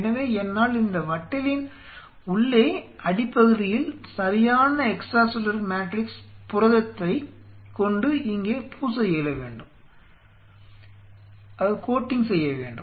எனவே என்னால் இந்த வட்டிலின் உள்ளே அடிப்பகுதியில் சரியான எக்ஸ்ட்ரா செல்லுலார் மேட்ரிக்ஸ் புரதத்தைக் கொண்டு இங்கே பூச இயல வேண்டும்